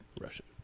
Russian